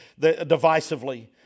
divisively